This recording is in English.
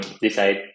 Decide